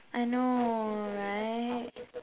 I know right